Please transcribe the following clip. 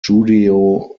judeo